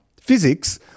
physics